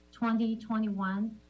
2021